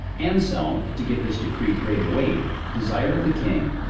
anselm, to give this decree greater weight, desired of the king,